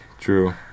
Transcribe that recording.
True